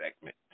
segment